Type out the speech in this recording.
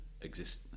exist